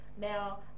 Now